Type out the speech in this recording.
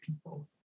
people